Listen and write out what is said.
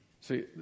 See